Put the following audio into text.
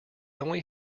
only